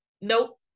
nope